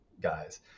guys